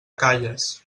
calles